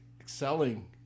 excelling